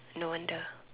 no wonder